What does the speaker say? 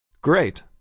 Great